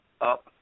up